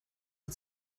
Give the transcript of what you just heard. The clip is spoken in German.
sie